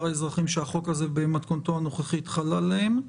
האזרחים שהחוק הזה במתכונתו הנוכחית חל עליהם.